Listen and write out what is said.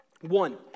One